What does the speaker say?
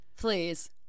Please